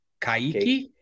Kaiki